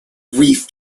reef